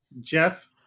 Jeff